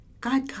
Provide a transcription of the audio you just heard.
God